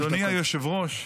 אדוני היושב-ראש,